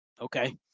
Okay